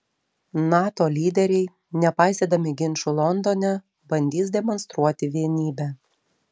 nato lyderiai nepaisydami ginčų londone bandys demonstruoti vienybę